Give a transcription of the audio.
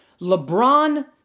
LeBron